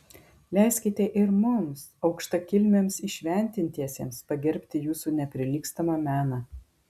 leiskite ir mums aukštakilmiams įšventintiesiems pagerbti jūsų neprilygstamą meną